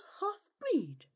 half-breed